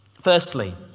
Firstly